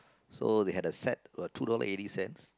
so they had a set for two dollar eighty cents